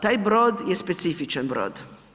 Taj brod je specifičan brod.